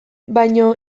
baino